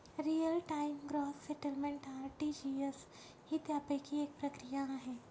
real time gross settlement RTGS ही त्यापैकी एक प्रक्रिया आहे